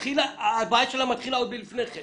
הבעיה שלה מתחילה עוד לפני כן.